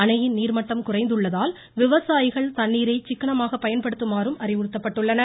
அணையின் நீர்மட்டம் குறைந்துள்ளதால் விவசாயிகள் தண்ணீரை சிக்கனமாக பயன்படுத்துமாறு அறிவுறுத்தப்பட்டுள்ளனர்